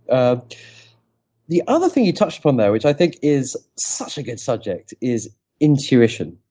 ah the other thing you touched upon there, which i think is such a good subject is intuition.